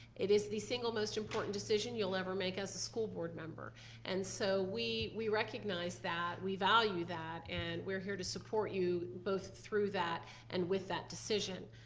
it is the single most important decision you'll ever make as a school board member and so we we recognize that. that. we value that and we're here to support you, both through that and with that decision.